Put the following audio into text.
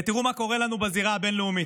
ותראו מה קורה לנו בזירה הבין-לאומית: